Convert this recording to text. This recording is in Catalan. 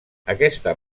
aquesta